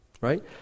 Right